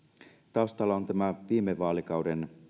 taustalla on tämä viime vaalikauden